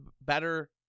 better